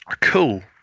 Cool